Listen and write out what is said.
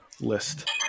list